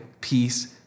peace